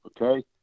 Okay